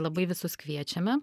labai visus kviečiame